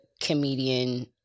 comedian